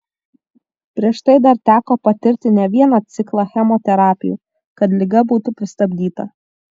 prieš tai dar teko patirti ne vieną ciklą chemoterapijų kad liga būtų pristabdyta